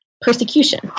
persecution